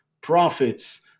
profits